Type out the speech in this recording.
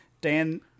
Dan